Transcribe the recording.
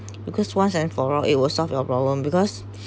because once and for all it will solve your problem because